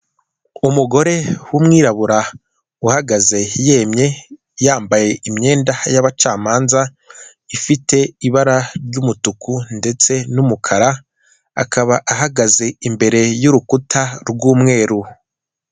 Umugore w'umwirabura uhagaze yemye, yambaye imyenda y'abacamanza, ifite ibara ry'umutuku ndetse n'umukara, akaba ahagaze imbere y'urukuta rw'umweru.